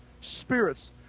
Spirits